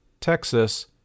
Texas